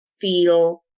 feel